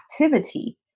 activity